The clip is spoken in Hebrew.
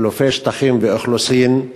חילופי שטחים ואוכלוסין: